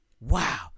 Wow